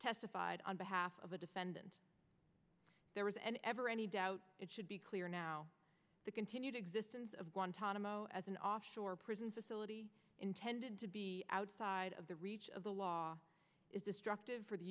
testified on behalf of the defendant there was ever any doubt it should be clear now the continued existence of guantanamo as an offshore prison facility intended to be outside of the reach of the law is destructive for the